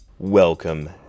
Welcome